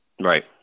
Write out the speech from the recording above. Right